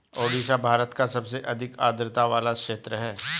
ओडिशा भारत का सबसे अधिक आद्रता वाला क्षेत्र है